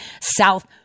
south